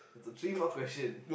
so three more question